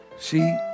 see